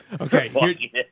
Okay